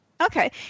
Okay